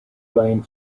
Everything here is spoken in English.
lane